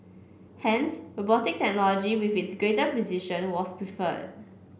hence robotic technology with its greater precision was preferred